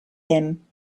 him